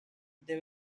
they